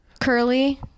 curly